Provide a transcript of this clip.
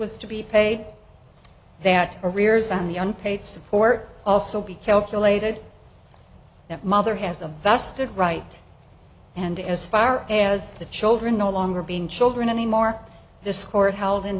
was to be paid that arrears and the unpaid support also be calculated that mother has a vested right and as far as the children no longer being children anymore this court held in